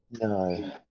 No